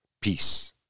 Peace